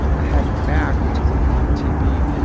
i had mac, which is a form of tb,